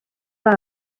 fam